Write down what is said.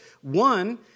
One